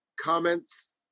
comments